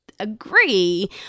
agree